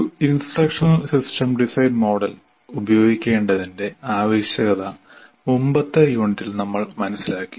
ഒരു instructional system design model ഉപയോഗിക്കേണ്ടതിന്റെ ആവശ്യകത മുമ്പത്തെ യൂണിറ്റിൽ നമ്മൾ മനസ്സിലാക്കി